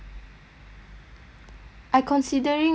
I considering already and I looking for job but